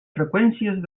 freqüències